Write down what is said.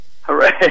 Hooray